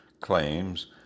claims